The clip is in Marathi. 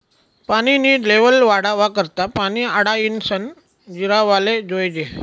पानी नी लेव्हल वाढावा करता पानी आडायीसन जिरावाले जोयजे